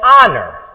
honor